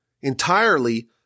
entirely